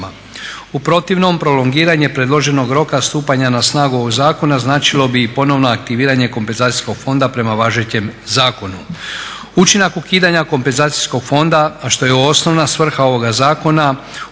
U protivnom prolongiranje predloženog roka stupanja na snagu ovog zakona znači li bi i ponovno aktiviranje kompenzacijskog fonda prema važećem zakonu. Učinak ukidanja kompenzacijskog fonda a što je osnovna svrha ovoga zakona.